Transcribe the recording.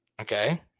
Okay